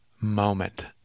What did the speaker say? moment